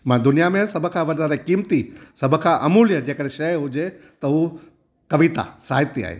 मां दुनियां में सभु कां वाधारा क़ीमती सभु खां अमूल्य जेकरे शइ हुजे त हू कविता साहित्य आहे